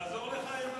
לעזור לך עם החבילה?